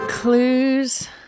Clues